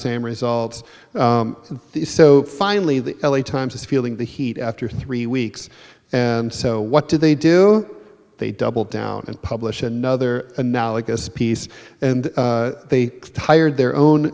same results the so finally the l a times is feeling the heat after three weeks and so what did they do they double down and publish another analogous piece and they hired their own